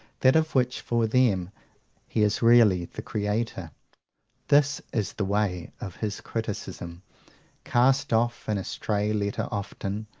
that of which for them he is really the creator this is the way of his criticism cast off in a stray letter often,